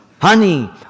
honey